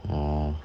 orh